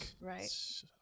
right